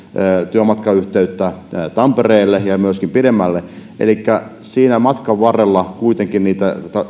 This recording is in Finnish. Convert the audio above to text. tampereelle ja myöskin pidemmälle elikkä siinä matkan varrella kuitenkin niitä